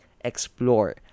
Explore